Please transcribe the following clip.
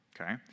Okay